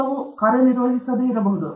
ಪ್ರಯೋಗವು ಕಾರ್ಯನಿರ್ವಹಿಸುವುದಿಲ್ಲ